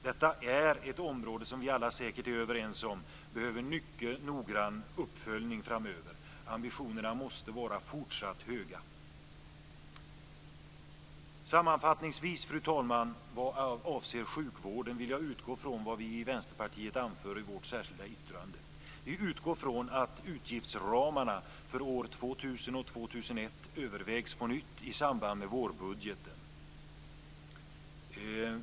Detta är ett område som vi alla säkert är överens om behöver mycket noggrann uppföljning framöver. Ambitionerna måste vara fortsatt höga. Sammanfattningsvis, fru talman, vad avser sjukvården, vill jag utgå från vad vi i Vänsterpartiet anför i vårt särskilda yttrande. Vi utgår från att utgiftsramarna för år 2000 och 2001 övervägs på nytt i samband med vårbudgeten.